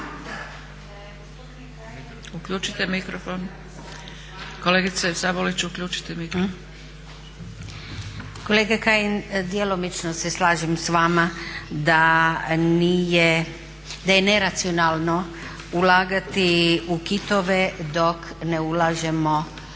(Reformisti)** Kolega Kajin, djelomično se slažem s vama da je neracionalno ulagati u kitove dok ne ulažemo